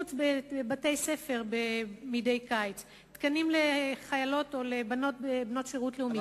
שיפוץ בתי-ספר מדי קיץ, תקנים לבנות שירות לאומי.